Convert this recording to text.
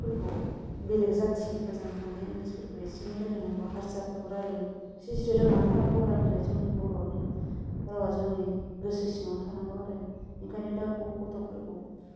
फोरखौ बेलेग जाथिफोरजों थांनायाव इंग्लिसफोरखौ एसे एनै रायलायनांगौ हारसाफोरखौ रायलाय एसे एसे रोंनानै थानांगौ जोंनि बर'नि रावआ जोंनि गोसो सिङाव थानांगौ आरो ओंखायनो दा ग गथ'फोरखौ